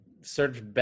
Search